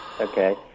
Okay